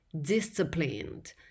Disciplined